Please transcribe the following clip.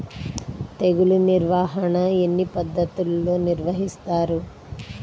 తెగులు నిర్వాహణ ఎన్ని పద్ధతులలో నిర్వహిస్తారు?